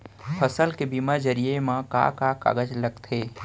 फसल के बीमा जरिए मा का का कागज लगथे?